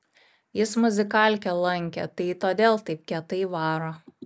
jis muzikalkę lankė tai todėl taip kietai varo